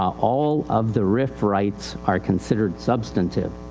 all of the rif rights are considered substantive.